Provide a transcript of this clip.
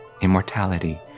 immortality